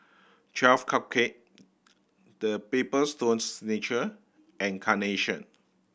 Twelve Cupcake The Papers Stone Signature and Carnation